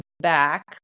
back